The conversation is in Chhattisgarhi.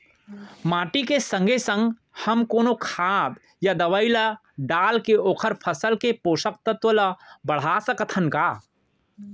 माटी के संगे संग हमन कोनो खाद या दवई ल डालके ओखर फसल के पोषकतत्त्व ल बढ़ा सकथन का?